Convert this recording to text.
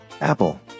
Apple